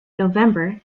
november